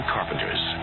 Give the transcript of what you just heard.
Carpenter's